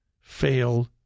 fail